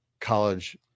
college